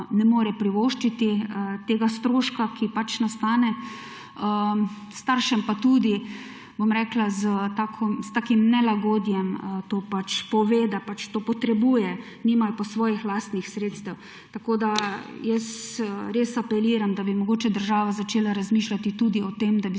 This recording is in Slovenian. ne more privoščiti tega stroška, ki pač nastane. Staršem pa tudi, bom rekla, s takim nelagodjem to pač pove, da pač to potrebuje, nimajo pa svojih lastnih sredstev. Tako da jaz res apeliram, da bi mogoče država začela razmišljati tudi o tem, da bi